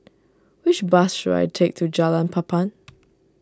which bus should I take to Jalan Papan